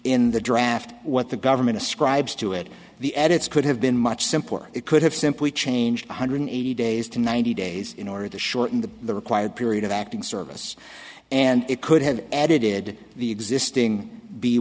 in the draft what the government ascribes to it the edits could have been much simpler it could have simply changed one hundred eighty days to ninety days in order to shorten the the required period of acting service and it could have edited the existing be